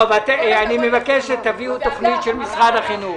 אני מבקש שתביאו תוכנית של משרד החינוך.